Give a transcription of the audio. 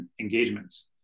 engagements